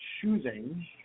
choosing